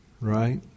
Right